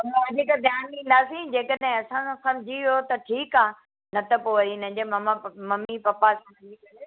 वधीक ध्यानु ॾींदासी जेकॾहिं असां सां सम्झी वियो त ठीकु आहे न त पोइ वरी हिननि जे ममा ममी पप्पा